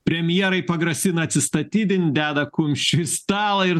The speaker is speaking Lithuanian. premjerai pagrasina atsistatydint deda kumščiu į stalą ir